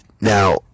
now